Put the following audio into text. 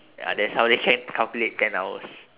ya that's how they can calculate ten hours